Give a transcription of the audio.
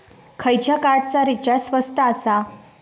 खयच्या कार्डचा रिचार्ज स्वस्त आसा?